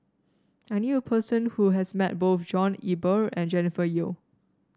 I knew a person who has met both John Eber and Jennifer Yeo